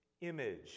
image